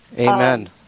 Amen